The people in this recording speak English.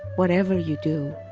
whatever you do,